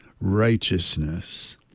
righteousness